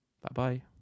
Bye-bye